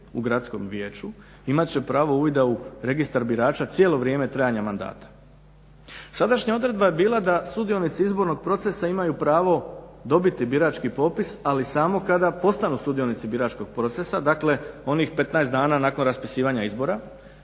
u gradskom vijeću imat će pravo uvida u Registar birača cijelo vrijeme trajanja mandata. Sadašnja odredba je bila da sudionici izbornog procesa imaju pravo dobiti birački popis, ali samo kada postanu sudionici biračkog procesa, dakle onih 15 dana nakon raspisivanja izbora.